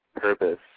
purpose